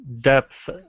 depth